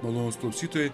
malonūs klausytojai